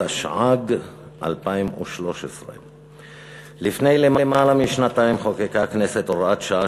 התשע"ג 2013. לפני למעלה משנתיים חוקקה הכנסת הוראת שעה